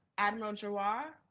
admiral giroir,